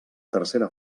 tercera